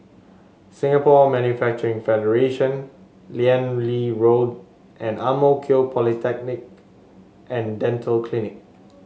Singapore Manufacturing Federation Liane Road and Ang Mo Kio Polyclinic And Dental Clinic